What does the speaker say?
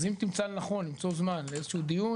אז אם תמצא לנכון למצוא זמן לאיזה שהוא דיון,